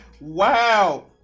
Wow